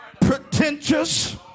pretentious